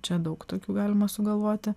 čia daug tokių galima sugalvoti